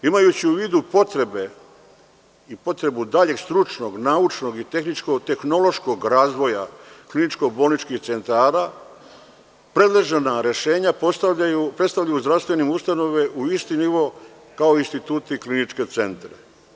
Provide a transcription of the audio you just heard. Imajući u vidu potrebe i potrebu daljeg stručnog, naučnog i tehničko-tehnološkog razvoja, kliničko bolničkih centara, predložena rešenja predstavljaju u zdravstvene ustanove u isti nivo, kao instituti kliničke centre.